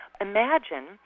imagine